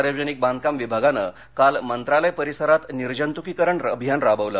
सार्वजनिक बांधकाम विभागानं काल मंत्रालय परिसरात निर्जंतुकीकरण अभियान राबवलं